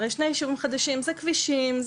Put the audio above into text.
הרי שני יישובים חדשים זה כבישים,